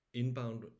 inbound